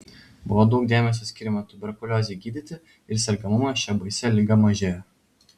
buvo daug dėmesio skiriama tuberkuliozei gydyti ir sergamumas šia baisia liga mažėjo